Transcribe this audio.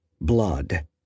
blood